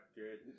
good